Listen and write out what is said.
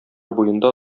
буенда